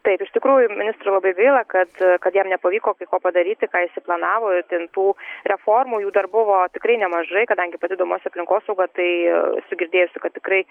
taip iš tikrųjų ministrui labai gaila kad kad jam nepavyko kai ko padaryti ką jisai planavo ten tų reformų jų dar buvo tikrai nemažai kadangi pati domuosi aplinkosauga tai girdėjusi kad tikrai